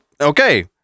okay